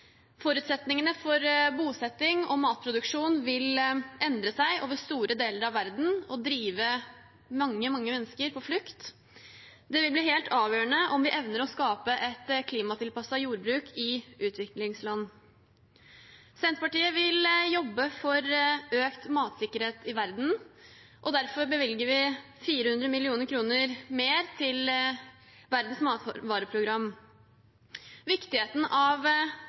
Forutsetningene for bosetting og matproduksjon vil endre seg over store deler av verden og drive mange mennesker på flukt. Det vil bli helt avgjørende om vi evner å skape et klimatilpasset jordbruk i utviklingsland. Senterpartiet vil jobbe for økt matsikkerhet i verden, og derfor bevilger vi 400 mill. kr mer til Verdens matvareprogram. Viktigheten av